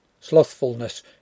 Slothfulness